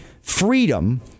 freedom